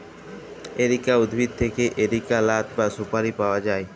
areca উদ্ভিদ থেক্যে areca লাট বা সুপারি পায়া যায়